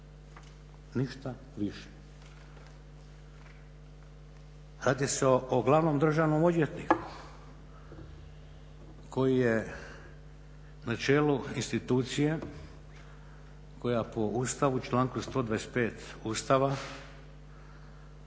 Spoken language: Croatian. ništa više. Radi se o glavnom državnom odvjetniku koji je na čelu institucije koja po Ustavu, članku 125. Ustava kao